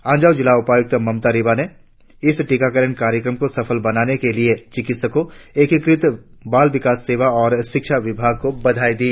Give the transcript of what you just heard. अंजाव जिला उपायुक्त ममता रिबा ने इस टीकाकरण कार्यक्रम को सफल बनाने के लिए चिकित्सकों एकीकृत बाल विकास सेवा और शिक्षा विभाग को बधाई दी